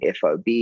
FOB